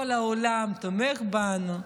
כל העולם תומך בנו.